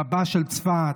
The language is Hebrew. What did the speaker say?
רבה של צפת,